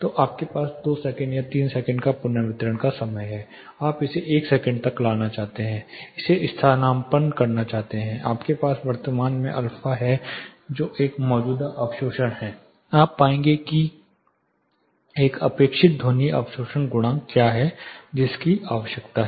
तो आपके पास 2 सेकंड या 3 सेकंड का पुनर्वितरण का समय है आप इसे 1 सेकंड में लाना चाहते हैं इसे स्थानापन्न कर सकते हैं आपके पास वर्तमान α है जो एक मौजूदा अवशोषण है आप पाएंगे कि एक अपेक्षित ध्वनि अवशोषण गुणांक क्या है जिसकी आवश्यकता है